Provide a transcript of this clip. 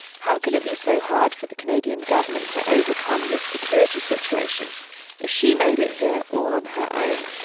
how can it be so hard for the canadian government to overcome the security situation if she made it here all on her own?